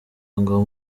ngo